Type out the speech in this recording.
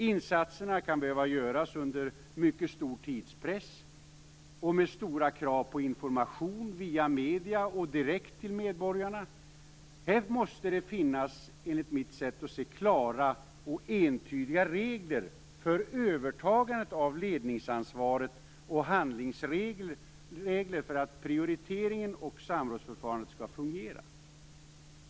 Insatserna kan behöva göras under mycket stor tidspress och med stora krav på information via medierna och direkt till medborgarna. Här måste det enligt mitt sätt att se finnas klara och entydiga regler för övertagandet av ledningsansvaret och handlingsregler för att prioriteringen och samrådsförfarandet skall fungera.